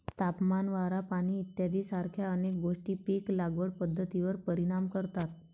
तापमान, वारा, पाणी इत्यादीसारख्या अनेक गोष्टी पीक लागवड पद्धतीवर परिणाम करतात